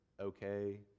okay